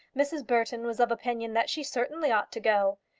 mrs. burton was of opinion that she certainly ought to go.